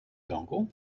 dongle